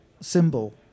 symbol